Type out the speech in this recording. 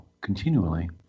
continually